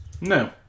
No